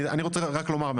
אני רוצה רק לומר,